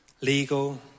Legal